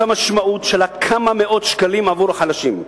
המשמעות של כמה מאות שקלים עבור החלשים.